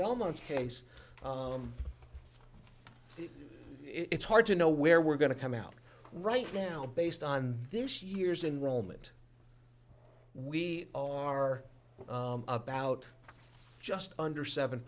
belmont case it's hard to know where we're going to come out right now based on this year's enrollment we are about just under seven